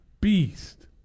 beast